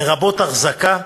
לרבות אחזקה,